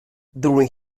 during